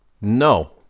No